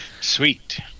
Sweet